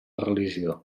religió